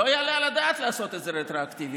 לא יעלה על הדעת לעשות את זה רטרואקטיבי,